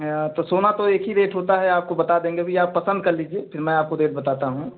तो सोना तो एक ही रेट होता है आपको बता देंगे अभी आप पसंद कर लीजिए फिर मैं आपको रेट बताता हूँ